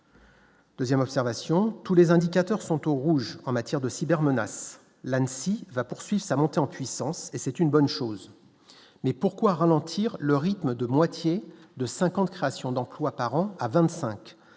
2ème observation tous les indicateurs sont au rouge en matière de cybermenaces Lance il va poursuit sa montée en puissance et c'est une bonne chose, mais pourquoi ralentir le rythme de moitié, de 50 créations d'emplois par an à 25